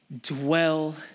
dwell